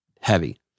heavy